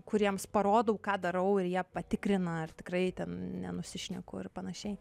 kuriems parodau ką darau ir jie patikrina ar tikrai ten nenusišneku ir panašiai